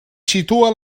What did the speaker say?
situa